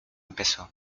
empezó